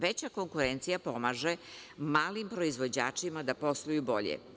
Veća konkurencija pomaže malim proizvođačima da posluju bolje.